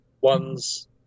ones